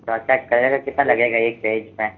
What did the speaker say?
तो अच्छा कलर का कितना लगेगा एक पेज में